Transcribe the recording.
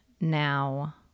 now